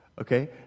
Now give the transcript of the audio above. Okay